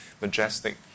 majestic